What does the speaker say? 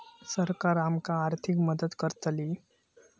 सरकार आमका आर्थिक मदत करतली?